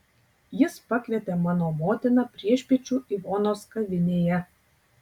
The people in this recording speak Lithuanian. jis pakvietė mano motiną priešpiečių ivonos kavinėje